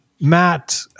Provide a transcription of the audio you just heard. Matt